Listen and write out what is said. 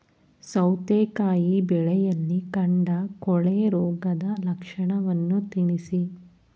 ಸೌತೆಕಾಯಿ ಬೆಳೆಯಲ್ಲಿ ಕಾಂಡ ಕೊಳೆ ರೋಗದ ಲಕ್ಷಣವನ್ನು ತಿಳಿಸಿ?